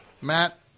Matt